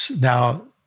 now